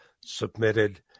submitted